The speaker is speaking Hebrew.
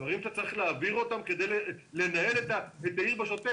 דברים שאתה צריך להעביר כדי לנהל את העיר בשוטף.